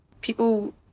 people